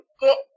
get